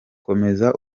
komeza